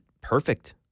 perfect